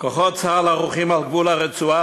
כוחות צה"ל ערוכים על גבול הרצועה